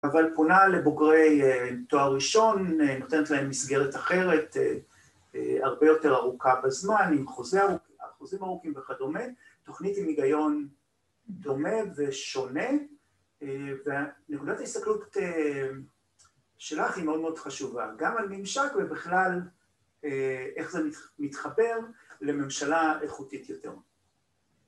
‫אבל פונה לבוגרי תואר ראשון, ‫נותנת להם מסגרת אחרת ‫הרבה יותר ארוכה בזמן, ‫עם חוזים ארוכים וכדומה. ‫תוכנית עם היגיון דומה ושונה, ‫והנקודת ההסתכלות שלך ‫היא מאוד מאוד חשובה, ‫גם על ממשק ובכלל איך זה מתחבר ‫לממשלה איכותית יותר.